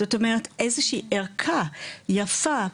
זאת אומרת איזושהי ערכה יפה,